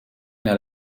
naar